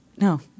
no